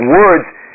words